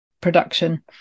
production